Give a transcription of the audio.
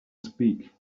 speak